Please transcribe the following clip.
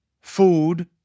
food